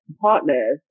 partners